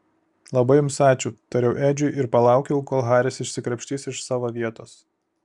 labai jums ačiū tariau edžiui ir palaukiau kol haris išsikrapštys iš savo vietos